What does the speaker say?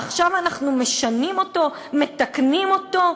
עכשיו אנחנו משנים אותו, מתקנים אותו?